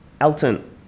Elton